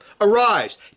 arise